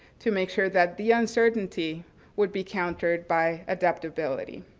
to make sure that the uncertainty would be countered by adaptability.